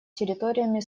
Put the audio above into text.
территориями